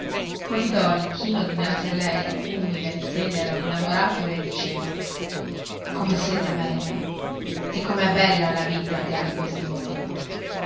polidori chino dinanzi a lei umile tenero innamorato le diceva come siete bella e come è bella la vita che ha di questi momenti